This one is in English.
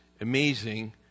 amazing